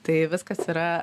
tai viskas yra